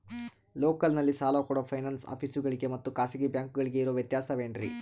ಲೋಕಲ್ನಲ್ಲಿ ಸಾಲ ಕೊಡೋ ಫೈನಾನ್ಸ್ ಆಫೇಸುಗಳಿಗೆ ಮತ್ತಾ ಖಾಸಗಿ ಬ್ಯಾಂಕುಗಳಿಗೆ ಇರೋ ವ್ಯತ್ಯಾಸವೇನ್ರಿ?